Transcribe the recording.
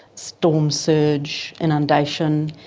storm surge, inundation,